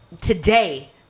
today